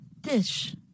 Dish